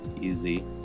easy